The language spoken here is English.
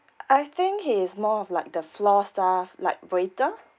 I think he is more of like the floor staff like waiter